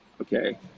okay